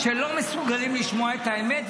שלא מסוגלים לשמוע את האמת,